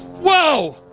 whoa,